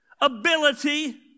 ability